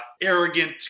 arrogant